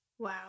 Wow